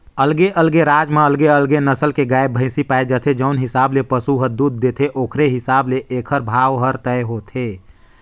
अलगे अलगे राज म अलगे अलगे नसल के गाय, भइसी पाए जाथे, जउन हिसाब ले पसु ह दूद देथे ओखरे हिसाब ले एखर भाव हर तय होथे